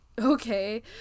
okay